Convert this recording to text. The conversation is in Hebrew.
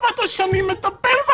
אותו הדבר.